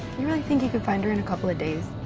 you really think he can find her in a couple of days?